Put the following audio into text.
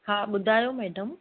हा ॿुधायो मेडम